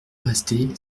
rester